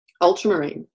ultramarine